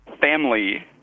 family